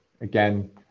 again